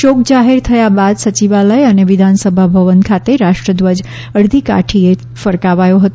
શોક જાહેર થાય બાદ સચિવાલય અને વિધાનસભા ભવન ખાતે રાષ્ટ્ર ધ્વજ અર્ધી કાઠીએ ફરકાવાયો હતો